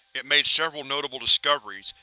it made several notable discoveries,